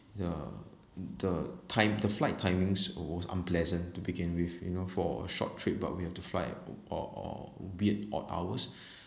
the the time the flight timings was unpleasant to begin with you know for a short trip but we have to fly on weird odd hours